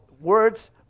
words